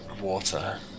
water